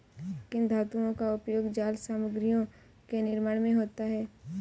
किन धातुओं का उपयोग जाल सामग्रियों के निर्माण में होता है?